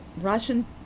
Russian